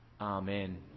Amen